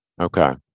okay